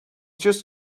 just